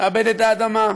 מעבד את האדמה,